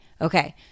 Okay